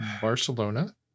Barcelona